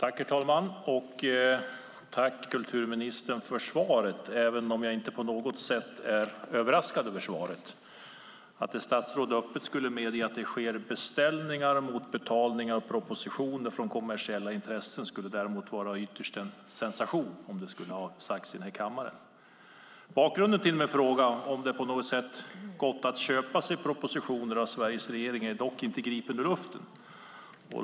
Herr talman! Jag tackar kulturministern för svaret. Jag är inte på något sätt överraskad av det. Att ett statsråd öppet skulle medge att det sker beställningar av propositioner mot betalning från kommersiella intressen skulle vara en sensation. Bakgrunden till min fråga om det på detta sätt går att köpa sig propositioner av Sveriges regering är inte gripen ur luften.